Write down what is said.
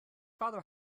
father